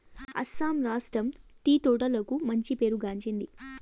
అస్సాం రాష్ట్రం టీ తోటలకు మంచి పేరు గాంచింది